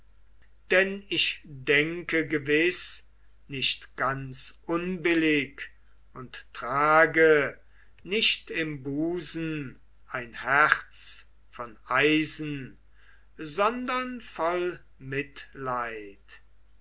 denn ich denke gewiß nicht ganz unbillig und trage nicht im busen ein herz von eisen sondern voll mitleid